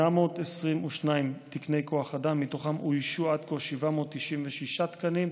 822 תקני כוח אדם, מתוכם אוישו עד כה 796 תקנים.